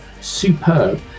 superb